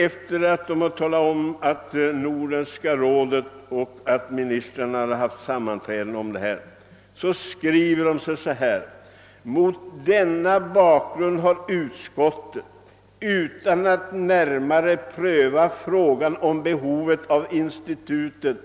Efter att ha talat om att Nordiska rådet och nordiska ministrar haft sammanträden och diskuterat frågan skriver man följande: »Mot denna bakgrund har utskottet — utan att närmare pröva frågan om behovet av institutet